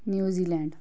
New Zealand